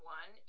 one